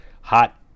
hot